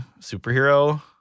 superhero